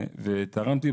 ותרמתי.